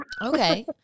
Okay